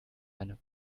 eine